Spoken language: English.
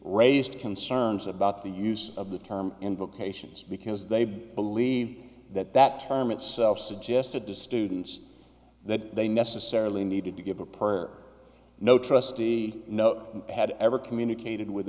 raised concerns about the use of the term invocations because they believe that that term itself suggested to students that they necessarily needed to give a per no trustee no had ever communicated with